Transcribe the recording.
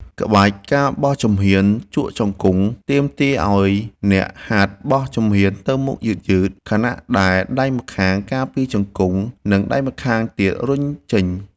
ក្បាច់ ការបោះជំហានជក់ជង្គង់ ទាមទារឱ្យអ្នកហាត់បោះជំហានទៅមុខយឺតៗ ខណៈដែលដៃម្ខាងការពារជង្គង់ និងដៃម្ខាងទៀតរុញចេញ។